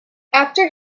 after